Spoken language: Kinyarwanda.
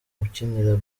ukinira